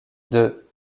deux